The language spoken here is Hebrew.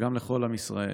וגם לכל עם ישראל.